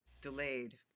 delayed